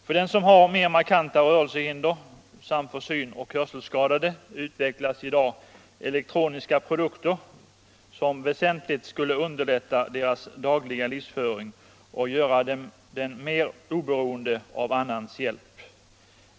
För den som har mer markanta rörelsehinder samt för syn och hör selskadade utvecklas i dag elektroniska produkter som väsentligt skulle underlätta den dagliga livsföringen och göra den mer oberoende av annans hjälp.